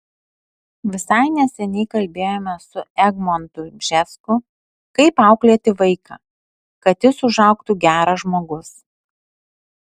visai neseniai kalbėjome su egmontu bžesku kaip auklėti vaiką kad jis užaugtų geras žmogus